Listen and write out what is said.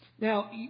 Now